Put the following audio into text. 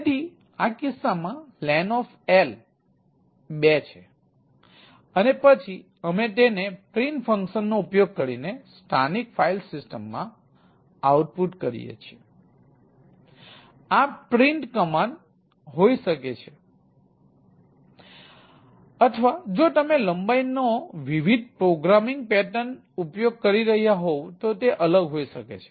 તેથી આ કિસ્સામાં len હોઈ શકે છે અથવા જો તમે લંબાઈનો વિવિધ પ્રોગ્રામિંગ પેટર્ન ઉપયોગ કરી રહ્યા હોવ તો તે અલગ હોઈ શકે છે